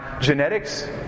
genetics